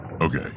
Okay